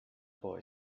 boy